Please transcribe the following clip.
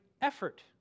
Effort